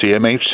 CMHC